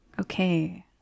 Okay